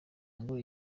ngo